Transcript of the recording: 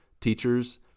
teachers